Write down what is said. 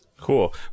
Cool